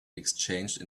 exchanged